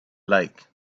like